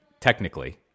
Technically